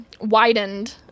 widened